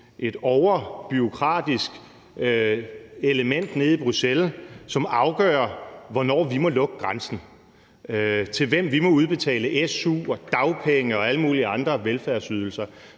et overbureaukratisk element nede i Bruxelles, som afgør, hvornår vi må lukke grænsen, og til hvem, vi må udbetale su og dagpenge og alle mulige andre velfærdsydelser,